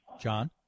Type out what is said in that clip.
John